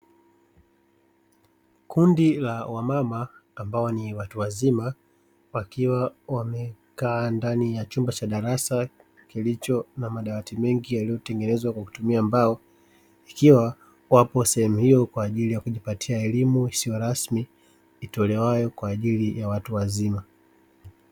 Kundi la wamama ambao ni watu wazima, wakiwa wamekaa ndani ya chumba cha darasa kilicho na madawati mengi yaliyotengenezwa kwakutumia mbao, wakiwa wapo sehemu hiyo kujipatia elimu isiyo rasmi itolewayo kwa ajili ya watu wazima.